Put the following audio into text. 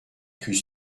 fut